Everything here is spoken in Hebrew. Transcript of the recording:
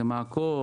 מעקות.